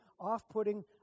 off-putting